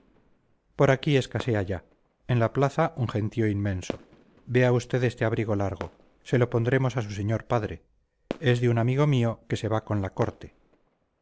por aquí escasea ya en la plaza un gentío inmenso vea usted este abrigo largo se lo pondremos a su señor padre es de un amigo mío que se va con la corte